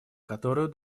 которую